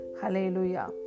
Hallelujah